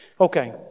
Okay